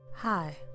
Hi